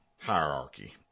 hierarchy